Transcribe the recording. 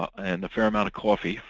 and a fair amount of coffee.